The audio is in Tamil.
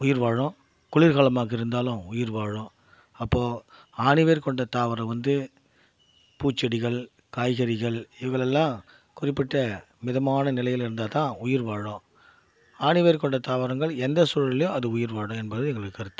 உயிர் வாழும் குளிர்காலமாக இருந்தாலும் உயிர் வாழும் அப்போ ஆணிவேர் கொண்ட தாவரம் வந்து பூச்செடிகள் காய்கறிகள் இவைகளெல்லாம் குறிப்பிட்ட மிதமான நிலையில இருந்தால் தான் உயிர் வாழும் ஆணிவேர் கொண்ட தாவரங்கள் எந்த சூழலையும் அது உயிர் வாழும் என்பது எங்கள் கருத்து